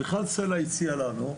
פורום מיכל סלה הציע לנו,